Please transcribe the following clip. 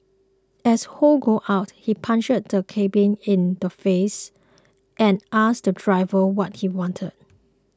as Ho got out he punched the cabby in the face and asked the driver what he wanted